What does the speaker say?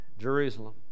Jerusalem